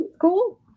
Cool